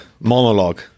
monologue